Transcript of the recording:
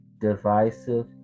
divisive